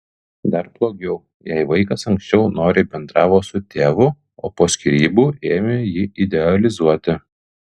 dar blogiau jei vaikas anksčiau noriai bendravo su tėvu o po skyrybų ėmė jį idealizuoti